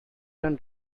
than